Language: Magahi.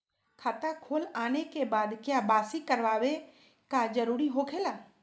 खाता खोल आने के बाद क्या बासी करावे का जरूरी हो खेला?